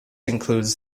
includes